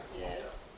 Yes